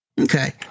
Okay